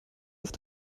auf